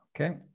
okay